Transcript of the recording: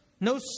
no